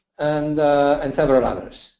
and and several others.